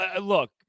look